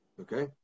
Okay